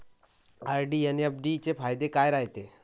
RD अन FD चे फायदे काय रायते?